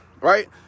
right